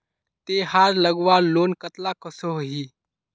तेहार लगवार लोन कतला कसोही?